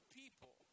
people